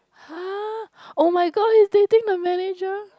!huh! [oh]-my-god he's dating the manager